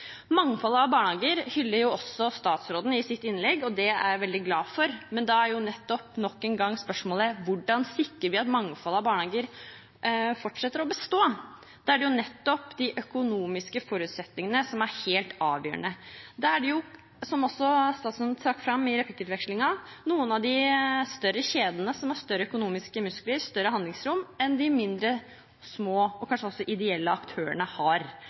Mangfoldet av barnehager hyllet også statsråden i sitt innlegg, og det er jeg veldig glad for, men da er nok en gang spørsmålet hvordan vi sikrer at mangfoldet av barnehager fortsetter å bestå. Da er det nettopp de økonomiske forutsetningene som er helt avgjørende. Det er, som også statsråden trakk fram i replikkvekslingen, noen av de større kjedene som har større økonomiske muskler, større handlingsrom enn det de mindre, små og kanskje også ideelle aktørene har.